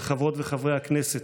אל חברות וחברי הכנסת: